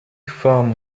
foam